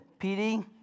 PD